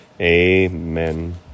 Amen